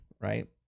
right